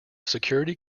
security